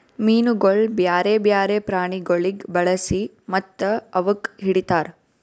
ಮೀನುಗೊಳ್ ಬ್ಯಾರೆ ಬ್ಯಾರೆ ಪ್ರಾಣಿಗೊಳಿಗ್ ಬಳಸಿ ಮತ್ತ ಅವುಕ್ ಹಿಡಿತಾರ್